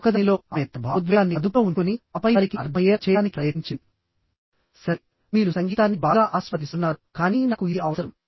మరొకదానిలో ఆమె తన భావోద్వేగాన్ని అదుపులో ఉంచుకుని ఆపై వారికి అర్థమయ్యేలా చేయడానికి ప్రయత్నించింది సరే మీరు సంగీతాన్ని బాగా ఆస్వాదిస్తున్నారు కానీ నాకు ఇది అవసరం